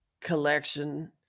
collection